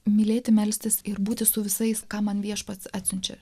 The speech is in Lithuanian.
mylėti melstis ir būti su visais ką man viešpats atsiunčia